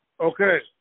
Okay